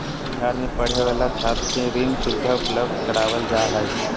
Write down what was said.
बिहार में पढ़े वाला छात्र के ऋण सुविधा उपलब्ध करवाल जा हइ